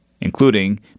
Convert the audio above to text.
including